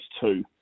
two